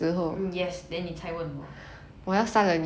mm yes then 你才问我